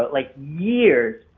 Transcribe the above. but like, years,